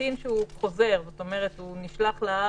קטין שהוא חוזר לארץ.